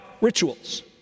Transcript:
rituals